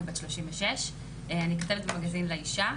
אני בת 36. אני כתבת במגזין "לאישה",